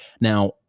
Now